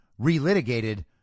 relitigated